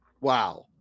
wow